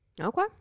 Okay